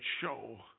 show